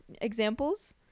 examples